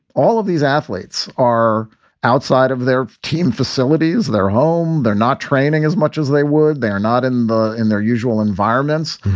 all of these athletes are outside of their team facilities, their home. they're not training as much as they were. they're not in in their usual environments.